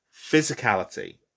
physicality